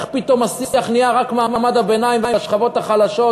איך פתאום השיח נהיה רק מעמד הביניים והשכבות החלשות,